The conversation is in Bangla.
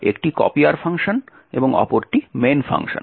একটি কপিয়ার ফাংশন এবং অপরটি main ফাংশন